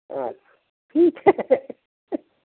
अच्छ ठीक है